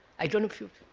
i don't know if you